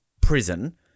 prison